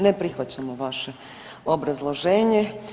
Ne prihvaćamo vaše obrazloženje.